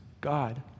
God